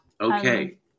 Okay